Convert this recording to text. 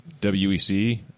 WEC